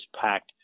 packed